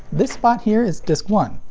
this spot here is disc one.